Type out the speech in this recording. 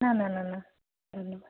না না না না ধন্যবাদ